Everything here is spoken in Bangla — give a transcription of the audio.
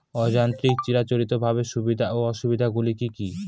অযান্ত্রিক চিরাচরিতভাবে সুবিধা ও অসুবিধা গুলি কি কি?